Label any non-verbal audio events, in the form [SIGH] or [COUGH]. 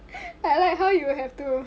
[LAUGHS] I like how you will have to